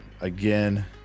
again